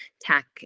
tech